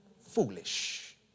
Foolish